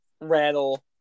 rattle